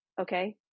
Okay